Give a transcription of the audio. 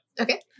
Okay